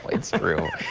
it's true.